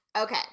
Okay